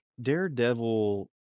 Daredevil